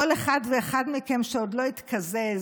כל אחד ואחד מכם שעוד לא התקזז,